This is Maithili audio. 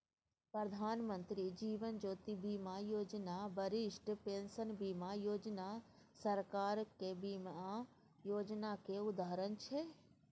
प्रधानमंत्री जीबन ज्योती बीमा योजना, बरिष्ठ पेंशन बीमा योजना सरकारक बीमा योजनाक उदाहरण छै